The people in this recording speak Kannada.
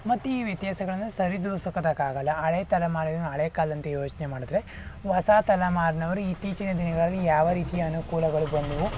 ಮತ್ತೆ ಈ ವ್ಯತ್ಯಾಸಗಳನ್ನು ಸರಿದೂಗಿಸುವುದಕ್ಕಾಗಲ್ಲ ಹಳೆ ತಲೆಮಾರಿನ ಹಳೆಕಾಲದಂತೆ ಯೋಚನೆ ಮಾಡಿದರೆ ಹೊಸ ತಲೆಮಾರಿನವರು ಇತ್ತೀಚಿನ ದಿನಗಳಲ್ಲಿ ಯಾವ ರೀತಿಯ ಅನುಕೂಲಗಳು ಬಂದವೋ